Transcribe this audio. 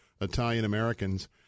Italian-Americans